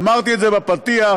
אמרתי את זה בפתיח,